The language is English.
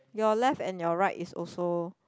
your left and your right is also